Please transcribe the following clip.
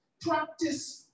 practice